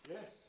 Yes